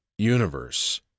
universe